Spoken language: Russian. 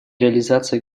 реализация